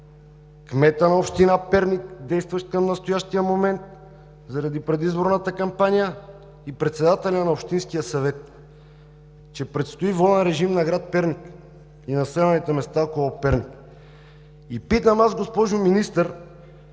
кмета на община Перник, действащ към настоящия момент заради предизборната кампания, и председателя на Общинския съвет, че предстои воден режим на град Перник и населените места около града. Аз Ви питам, госпожо Министър: